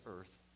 earth